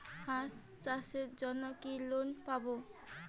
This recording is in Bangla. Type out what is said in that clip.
হাঁস চাষের জন্য কি লোন পাব?